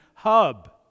hub